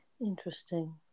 interesting